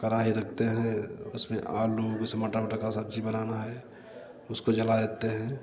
कड़ाही रखते हैं उसमें आलू जैसे मटर उटर का सब्ज़ी बनाना है उसको जला देते हैं